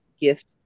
gift